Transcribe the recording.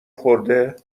خورده